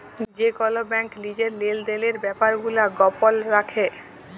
যে কল ব্যাংক লিজের লেলদেলের ব্যাপার গুলা গপল রাখে